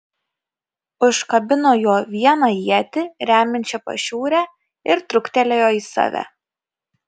užkabino juo vieną ietį remiančią pašiūrę ir truktelėjo į save